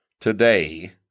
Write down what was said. today